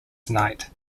knight